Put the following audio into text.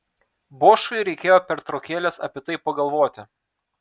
bošui reikėjo pertraukėlės apie tai pagalvoti